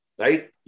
right